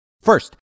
First